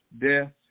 death